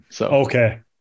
okay